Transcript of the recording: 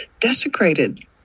desecrated